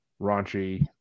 raunchy